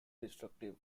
destructive